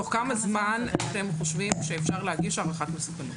תוך כמה זמן אתם חושבים שאפשר להגיש הערכת מסוכנות?